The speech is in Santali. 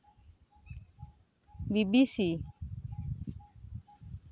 B B C